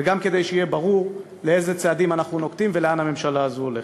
וגם כדי שיהיה ברור איזה צעדים אנחנו נוקטים ולאן הממשלה הזו הולכת.